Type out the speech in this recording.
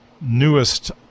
newest